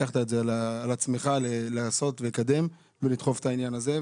לקחת את זה על עצמך לעשות ולקדם ולדחוף את העניין הזה.